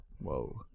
Whoa